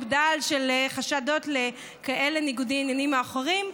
בדל של חשדות לניגודי עניינים כאלה או אחרים,